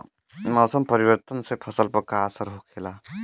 मौसम परिवर्तन से फसल पर का असर होखेला?